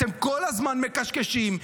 אתם כל הזמן מקשקשים,